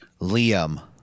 Liam